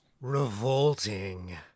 Revolting